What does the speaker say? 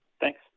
Thanks